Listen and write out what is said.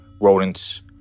rodents